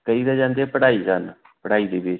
ਕਈ ਤਾਂ ਜਾਂਦੇ ਆ ਪੜ੍ਹਾਈ ਕਰਨ ਪੜ੍ਹਾਈ ਦੇ ਬੇਸ 'ਤੇ